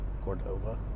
Cordova